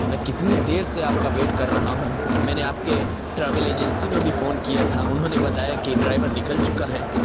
میں کتنی دیر سے آپ کا ویٹ کر رہا ہوں میں نے آپ کے ٹراویل ایجنسی میں بھی فون کیا تھا انہوں نے بتایا کہ ڈرائیور نکل چکا ہے